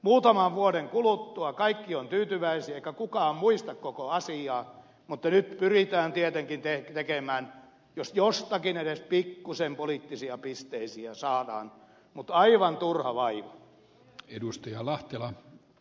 muutaman vuoden kuluttua kaikki ovat tyytyväisiä eikä kukaan muista koko asiaa mutta nyt pyritään tietenkin edes jostakin pikkuisen poliittisia pisteitä saamaan mutta aivan turha vaiva